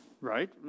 right